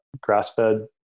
grass-fed